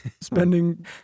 spending